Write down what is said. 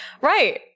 Right